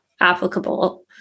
applicable